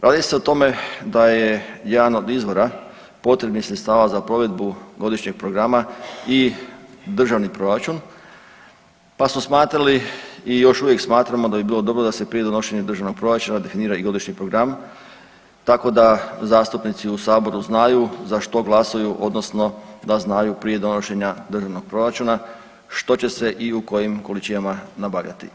Radi se o tome da je jedan od izvora potrebnih sredstava za provedbu godišnjeg programa i državni proračun, pa su smatrali i još uvijek smatramo da bi bilo dobro da se prije donošenja državnog proračuna definira i godišnji program, tako da zastupnici u Saboru znaju za što glasuju, odnosno da znaju prije donošenja državnog proračuna što će se i u kojim količinama nabavljati.